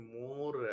more